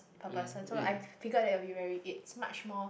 per person so I figured that it will be very it's much more